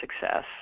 success